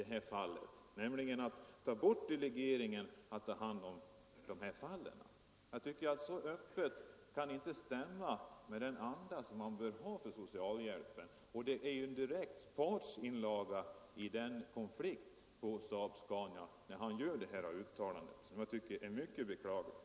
Det är just denna delegering som denne ordförande har tagit bort. Det kan inte stämma med den anda man bör ha när det gäller socialhjälpen. Ordförandens uttalande är ju en direkt partsinlaga i konflikten på SAAB-Scania, och det tycker jag är mycket beklagligt.